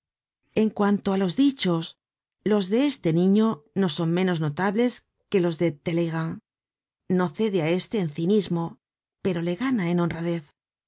en cuanto á los dichos los de este niño no son menos notables que los de talleyrand no cede á este en cinismo pero le gana en honradez